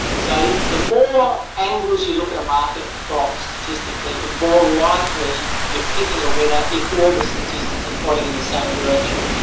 so, the more angles you look at a market from, statistically, the more likely you're picking a winner if all the statistics are pointing in the same direction.